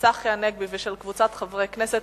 צחי הנגבי וקבוצת חברי כנסת,